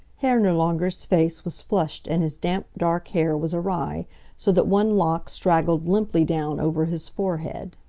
herr nirlanger's face was flushed and his damp, dark hair was awry so that one lock straggled limply down over his forehead.